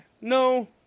no